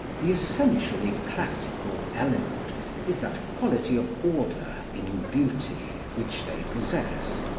the essentially classical element is that quality of order in beauty, which they possess,